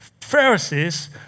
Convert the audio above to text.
Pharisees